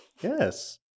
Yes